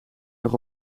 nog